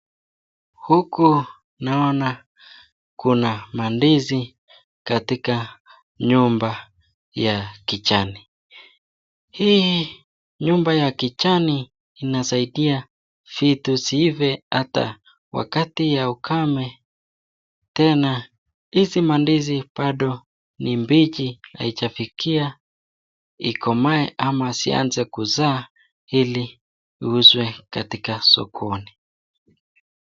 Hapa naona kuna mandizi katika nyumba ya kijani. Hii nyumba ya kijani inasaidia vitu ziive ata wakati wa ukame. Tena hizi mandizi ni mbichi haijafikia ikomaae ama zianze kuzaa ili ziuzwe katika sokoni.